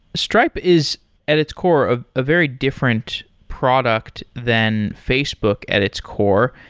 stripe is at its core, a ah very different product than facebook at its core.